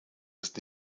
ist